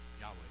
Yahweh